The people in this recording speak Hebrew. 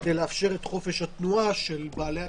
כדי לאפשר את חופש התנועה של בעלי התפקידים.